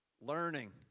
learning